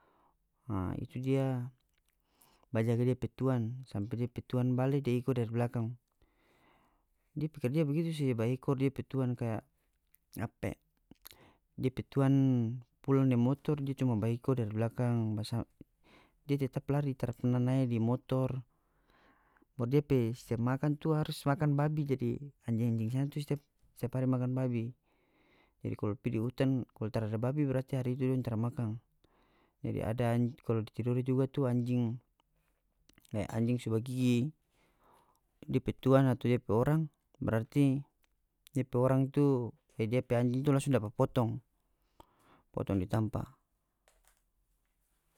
A itu dia bajaga dia pe tuan sampe dia dia pe tuan bale dia iko dari blakang depe karja bagitu saja ba ekor dia pe tuan kaya apa e depe tuan pulang deng motor dia cuma ba iko dari blakang ba dia tetap lari tara pernah nae di motor baru dia pe setiap makan tu harus makan jadi anjing-anjing sana tu setiap setiap hari makan babi jadi kalu pigi di utang kalu tarada babi berarti hari itu dong tara makan jadi ada anjing kalu di tidore juga tu anjing kaya anjing so ba gigi depe tuan atau dia pe orang berarti dia pe orang tu kaya dia pe anjing tu langsung dapa potong potong di tampa